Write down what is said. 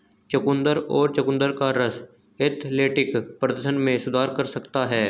चुकंदर और चुकंदर का रस एथलेटिक प्रदर्शन में सुधार कर सकता है